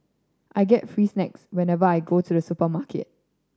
I get free snacks whenever I go to the supermarket